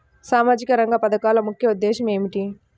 సామాజిక రంగ పథకాల ముఖ్య ఉద్దేశం ఏమిటీ?